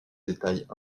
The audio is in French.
détails